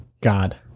God